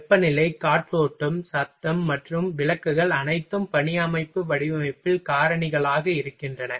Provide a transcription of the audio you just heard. வெப்பநிலை காற்றோட்டம் சத்தம் மற்றும் விளக்குகள் அனைத்தும் பணி அமைப்பு வடிவமைப்பில் காரணிகளாக இருக்கின்றன